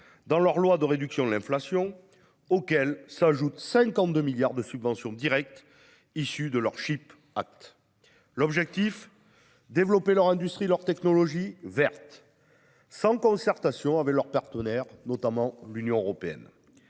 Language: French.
dans leur loi de réduction de l'inflation, auxquels il faut ajouter les 52 milliards de dollars de subventions directes issues de leur. Leur objectif est de développer leur industrie et leurs technologies vertes, sans concertation avec leurs partenaires, notamment l'Union européenne.